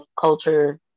culture